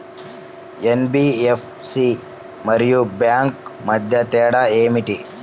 NBFC మరియు bank మధ్య తేడా ఏమిటి?